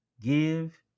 give